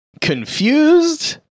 confused